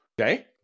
Okay